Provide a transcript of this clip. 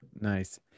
Nice